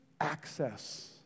access